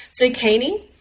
Zucchini